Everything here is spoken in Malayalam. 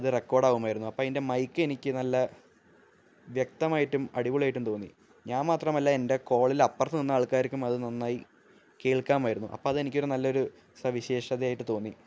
അത് റെക്കോഡാകുമായിരുന്നു അപ്പോഴതിന്റെ മൈക്ക് എനിക്ക് നല്ല വ്യക്തമായിട്ടും അടിപൊളി ആയിട്ടും തോന്നി ഞാന് മാത്രമല്ല എന്റെ കോളിലപ്പറത്ത് നിന്ന ആൾക്കാർക്കും അത് നന്നായി കേൾക്കാമായിരുന്നു അപ്പോള് അത് എനിക്കൊരു നല്ലൊരു സവിശേഷതയായിട്ട് തോന്നി